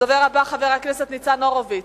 הדובר הבא, חבר הכנסת ניצן הורוביץ.